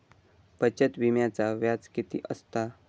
बचत विम्याचा व्याज किती असता?